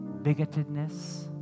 bigotedness